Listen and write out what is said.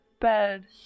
bed